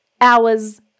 hours